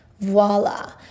voila